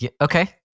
okay